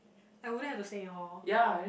I wouldn't have to stay in hall